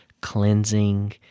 cleansing